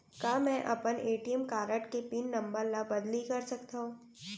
का मैं अपन ए.टी.एम कारड के पिन नम्बर ल बदली कर सकथव?